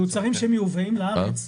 מוצרים שמיובאים לארץ,